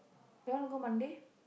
you wanna go Monday